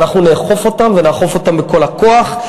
ואנחנו נאכוף אותם ונאכוף אותם בכל הכוח,